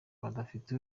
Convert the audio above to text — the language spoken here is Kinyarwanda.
badafite